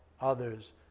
others